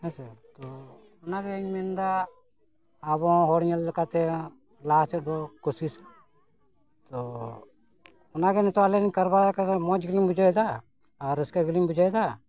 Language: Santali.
ᱦᱮᱥᱮᱸ ᱛᱚ ᱚᱱᱟᱜᱮᱧ ᱢᱮᱱᱫᱟ ᱟᱵᱚ ᱦᱚᱲ ᱧᱮᱞ ᱞᱮᱠᱟᱛᱮ ᱞᱟᱦᱟ ᱥᱮᱫ ᱫᱚ ᱠᱚᱥᱤᱥ ᱛᱚ ᱚᱱᱟᱜᱮ ᱱᱤᱛᱚᱜ ᱟᱞᱤᱧ ᱞᱤᱧ ᱠᱟᱨᱵᱟᱨ ᱟᱠᱟᱫᱟ ᱢᱚᱡᱽ ᱜᱮᱞᱤᱧ ᱵᱩᱡᱷᱟᱹᱣ ᱮᱫᱟ ᱟᱨ ᱨᱟᱹᱥᱠᱟᱹ ᱜᱮᱞᱤᱧ ᱵᱩᱡᱷᱟᱹᱭ ᱮᱫᱟ